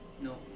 No